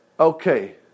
Okay